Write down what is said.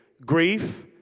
grief